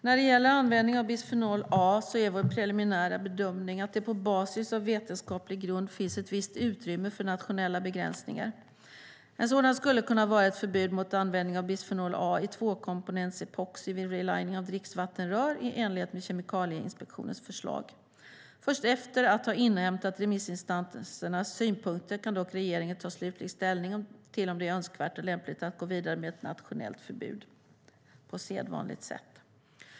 När det gäller användning av bisfenol A är vår preliminära bedömning att det på basis av vetenskaplig grund finns ett visst utrymme för nationella begränsningar. En sådan skulle kunna vara ett förbud mot användning av bisfenol A i tvåkomponentsepoxi vid relining av dricksvattenrör, i enlighet med Kemikalieinspektionens förslag. Först efter att ha inhämtat remissinstansernas synpunkter kan dock regeringen ta slutlig ställning till om det är önskvärt och lämpligt att gå vidare med ett nationellt förbud, på sedvanligt sätt.